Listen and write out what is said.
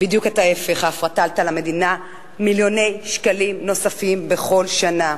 בדיוק את ההיפך: ההפרטה עלתה למדינה מיליוני שקלים נוספים בכל שנה,